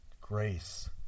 Grace